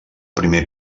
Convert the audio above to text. primer